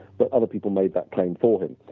but other people made that claim for him,